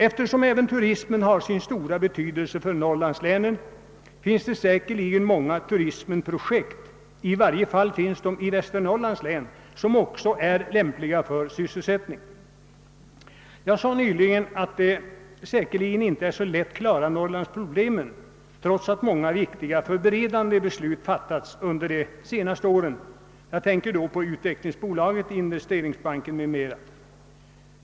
Eftersom även turismen har sina stora betydelse för norrlandslänen finns det säkerligen många turistprojekt, i varje fall i Västernorrlands län, som också är lämpliga för att skapa sysselsättning. Jag sade nyss att det säkerligen inte är så lätt att klara norrlandsproblemen trots att många viktiga förberedande beslut fattats under de senaste åren. Jag tänker då på Utvecklingsbolaget, Investeringsbanken m.m.